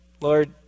Lord